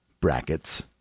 brackets